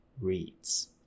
Reads